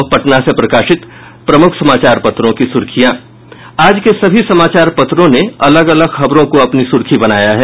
अब पटना से प्रकाशित प्रमुख समाचार पत्रों की सुर्खियां आज के सभी समाचार पत्रों ने अलग अलग खबरों को अपनी सुर्खी बनायी है